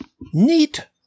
neat